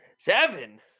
Seven